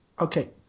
Okay